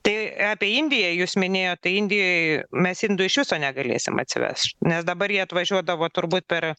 tai apie indiją jūs minėjot tai indijoj mes indų iš viso negalėsim atsiveš nes dabar jie atvažiuodavo turbūt per